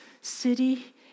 city